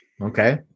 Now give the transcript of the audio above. Okay